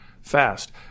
fast